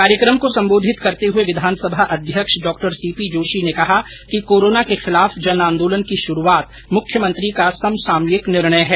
कार्यक्रम को संबोधित करते हुए विधानसभा अध्यक्ष डॉ सीपी जोशी ने कहा कि कोरोना के विरूद्व जनआन्दोलन की शुरूआत मुख्यमंत्री का समसामयिक निर्णय है